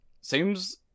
seems